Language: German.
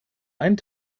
einen